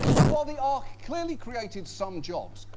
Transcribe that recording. um while the ark clearly created some jobs,